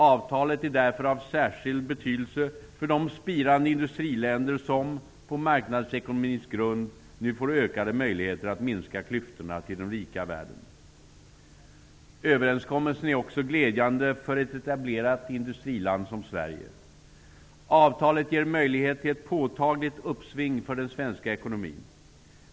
Avtalet är därför av särskild betydelse för de spirande industriländer som, på marknadsekonomins grund, nu får ökade möjligheter att minska klyftorna till den rika världen. Överenskommelsen är också glädjande för ett etablerat industriland som Sverige. Avtalet ger möjligheter till ett påtagligt uppsving för den svenska ekonomin.